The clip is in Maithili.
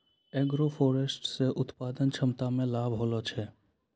एग्रोफोरेस्ट्री से उत्पादन क्षमता मे लाभ होलो छै